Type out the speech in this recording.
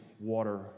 water